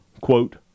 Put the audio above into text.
quote